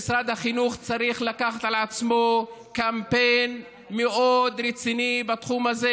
משרד החינוך צריך לקחת על עצמו קמפיין מאוד רציני בתחום הזה.